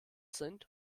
sind